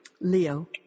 Leo